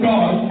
God